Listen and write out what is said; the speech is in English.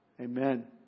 Amen